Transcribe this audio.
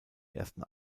ersten